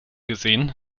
gesehen